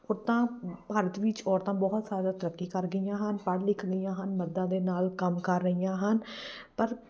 ਔਰਤਾਂ ਭਾਰਤ ਵਿੱਚ ਔਰਤਾਂ ਬਹੁਤ ਜ਼ਿਆਦਾ ਤਰੱਕੀ ਕਰ ਗਈਆਂ ਹਨ ਪੜ੍ਹ ਲਿਖ ਗਈਆਂ ਹਨ ਮਰਦਾਂ ਦੇ ਨਾਲ ਕੰਮ ਕਰ ਰਹੀਆਂ ਹਨ ਪਰ